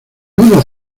unos